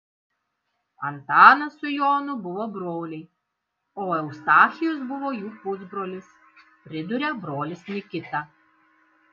antanas su jonu buvo broliai o eustachijus buvo jų pusbrolis priduria brolis nikita